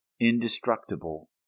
indestructible